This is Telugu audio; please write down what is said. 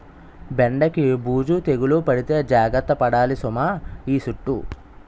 బెండకి బూజు తెగులు పడితే జాగర్త పడాలి సుమా ఈ సుట్టూ